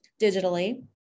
digitally